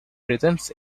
presents